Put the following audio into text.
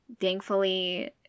thankfully